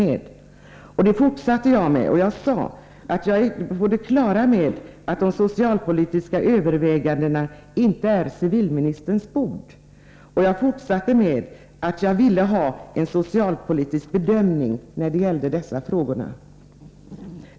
Jag gick vidare på den linjen och sade: Jag är på det klara med att de socialpolitiska övervägandena inte är civilministerns bord, och jag fortsatte med att säga att jag ville ha en socialpolitisk bedömning när det gällde dessa frågor.